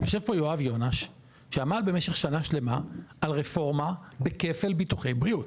יושב פה יואב יונש שעמד במשך שנה שלמה על רפורמה בכפל ביטוחי בריאות.